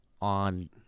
on